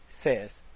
says